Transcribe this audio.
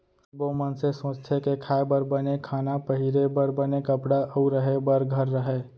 सब्बो मनसे सोचथें के खाए बर बने खाना, पहिरे बर बने कपड़ा अउ रहें बर घर रहय